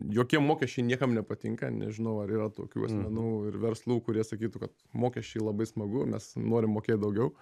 jokie mokesčiai niekam nepatinka nežinau ar yra tokių asmenų ir verslų kurie sakytų kad mokesčiai labai smagu mes norim mokėt daugiau